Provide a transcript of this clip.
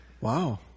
Wow